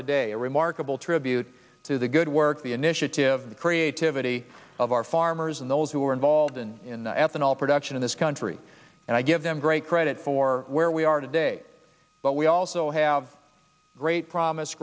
today a remarkable tribute to the good work the initiative the creativity of our farmers and those who are involved in ethanol production in this country and i give them great credit for where we are today but we also have great promise